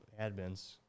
admins